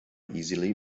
easily